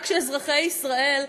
רק כשאזרחי ישראל,